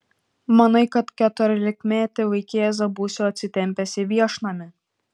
manai kad keturiolikmetį vaikėzą būsiu atsitempęs į viešnamį